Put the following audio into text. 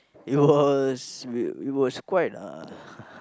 you all it was quite a